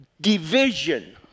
division